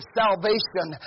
salvation